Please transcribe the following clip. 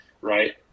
right